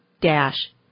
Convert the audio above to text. dash